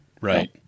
right